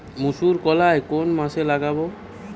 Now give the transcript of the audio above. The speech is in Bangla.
মুসুর কলাই কোন মাসে লাগাব?